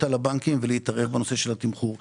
הבנקים להתערב בנושא של התמחור.